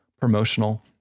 promotional